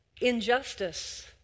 Injustice